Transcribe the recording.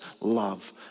love